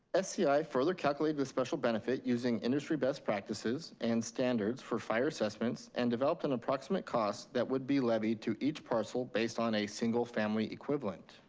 sci further calculated the special benefit using industry best practices and standards for fire assessments, and developed and approximate cost that would be levied to each parcel, based on a single family equivalent.